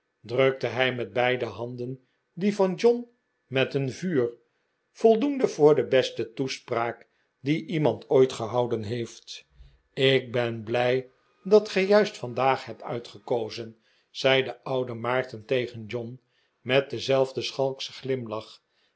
drukte hij met beide handen die van john met een vuur voldoende voor de beste toespraak die iemand ooit gehouden heeft ik ben blij dat gij juist vandaag hebt uitgekozen zei de oude maarten tegen john met denzelfden